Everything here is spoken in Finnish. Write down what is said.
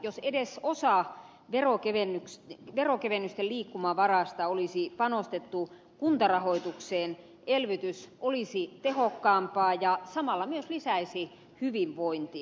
jos edes osa veronkevennysten liikkumavarasta olisi panostettu kuntarahoitukseen elvytys olisi tehokkaampaa ja samalla myös lisäisi hyvinvointia